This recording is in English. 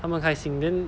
他们开心 then